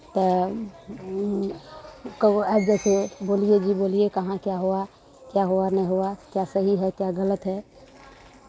तऽ कबो आबि जाइ छै बोलिए जी बोलिए कहाँ क्या हुआ क्या हुआ नहि हुआ क्या सही है क्या गलत है